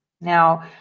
Now